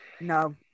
No